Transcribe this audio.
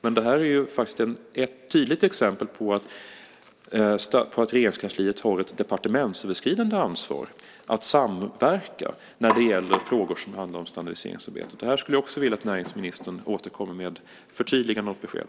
Men detta är faktiskt ett tydligt exempel på att Regeringskansliet har ett departementsöverskridande ansvar att samverka när det gäller frågor som handlar om standardiseringsarbetet. Här skulle jag också vilja att näringsministern återkommer med ett förtydligande och ett besked.